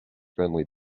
friendly